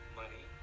money